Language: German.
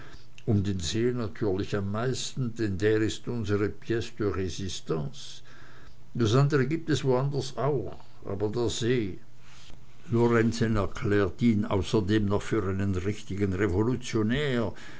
um den see natürlich am meisten denn der ist unsre pice de rsistance das andere gibt es woanders auch aber der see lorenzen erklärt ihn außerdem noch für einen richtigen revolutionär